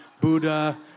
Buddha